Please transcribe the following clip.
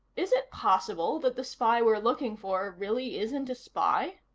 is it possible that the spy we're looking for really isn't a spy?